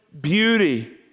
beauty